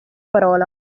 parola